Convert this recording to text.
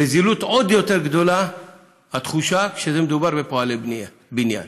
וזילות עוד יותר גדולה כשמדובר בפועלי בניין.